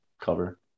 cover